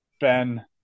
Ben